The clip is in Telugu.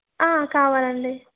కావాలండి